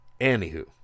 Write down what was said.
Anywho